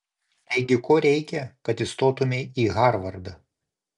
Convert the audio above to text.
taigi ko reikia kad įstotumei į harvardą